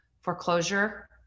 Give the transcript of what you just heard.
foreclosure